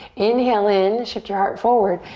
inhale in, shift your heart forward.